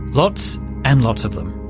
lots and lots of them.